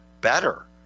better